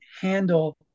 handle